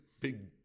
big